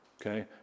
Okay